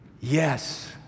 Yes